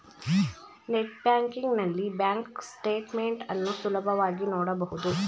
net banking ನಲ್ಲಿ bank statement ಅನ್ನು ಸುಲಭವಾಗಿ ನೋಡಬಹುದು